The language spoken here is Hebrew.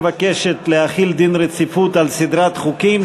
מבקשת להחיל דין רציפות על מספר חוקים,